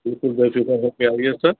बिल्कुल बेफ़िक्र हो के आइए सर